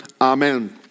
Amen